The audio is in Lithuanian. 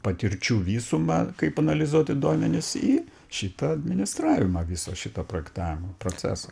patirčių visumą kaip analizuoti duomenis į šitą administravimą viso šito projektavimo proceso